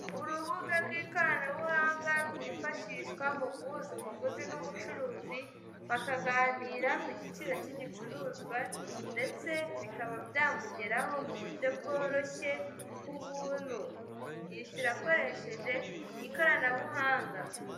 Urubuga rw'ikoranabuhanga rwifashishwa mu guhuza umuguzi n'umucuruzi bakaganira ku giciro cy'igicuruzwa ndetse bikaba byamugeraho mu buryo bworoshye kubuntu, yishyura akoresheje ikoranabuhanga.